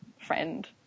friend